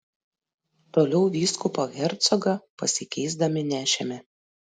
toliau vyskupą hercogą pasikeisdami nešėme